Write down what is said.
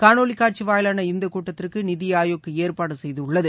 காணொலி காட்சி வாயிலான இந்தக் கூட்டத்திற்கு நித்தி ஆயோக் ஏற்பாடு செய்துள்ளது